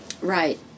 Right